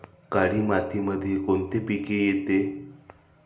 काळी मातीमध्ये कोणते पिके येते?